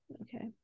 okay